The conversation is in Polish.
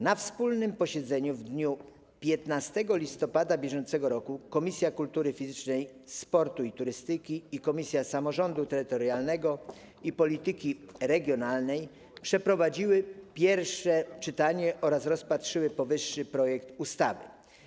Na wspólnym posiedzeniu w dniu 15 listopada br. Komisja Kultury Fizycznej, Sportu i Turystyki oraz Komisja Samorządu Terytorialnego i Polityki Regionalnej przeprowadziły pierwsze czytanie oraz rozpatrzyły powyższy projekt ustawy.